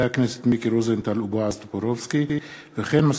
חברי הכנסת מיקי רוזנטל ובועז טופורובסקי בנושא: קריסתו של מחלף דרור,